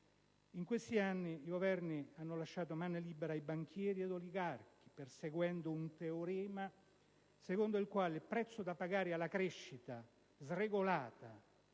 In questi anni i Governi hanno lasciato mano libera ai banchieri ed agli oligarchi, perseguendo un teorema secondo il quale il prezzo da pagare alla crescita sregolata